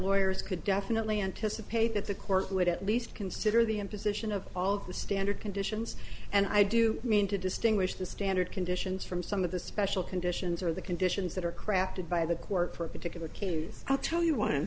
lawyers could definitely anticipate that the court would at least consider the imposition of all the standard conditions and i do mean to distinguish the standard conditions from some of the special conditions or the conditions that are crafted by the court for a particular came out tell you why i'm